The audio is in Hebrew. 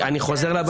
אני חוזר לבעיה.